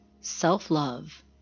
self-love